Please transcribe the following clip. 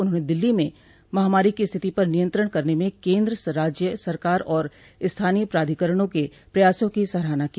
उन्होंने दिल्ली में महामारी की स्थिति पर नियंत्रण करने में केंद्र राज्य सरकार और स्थानीय प्राधिकरणों के प्रयासों की सराहना की